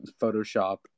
Photoshop